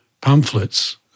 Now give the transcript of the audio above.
pamphlets